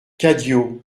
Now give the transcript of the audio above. cadio